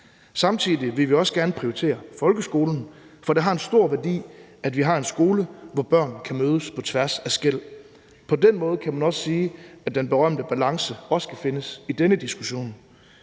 Samtidig vil vi også gerne prioritere folkeskolen, for det har en stor værdi, at vi har en skole, hvor børn kan mødes på tværs af skel. På den måde kan man sige, at den berømte balance også skal findes i denne diskussion.